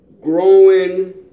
growing